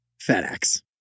FedEx